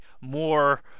more